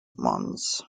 mons